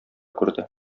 күрде